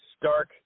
stark